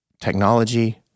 technology